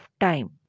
time